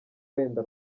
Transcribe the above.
wenda